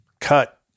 Cut